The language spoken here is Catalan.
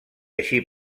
així